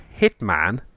hitman